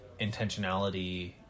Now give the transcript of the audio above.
intentionality